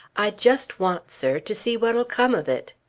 i just want, sir, to see what'll come of it.